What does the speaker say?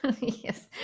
Yes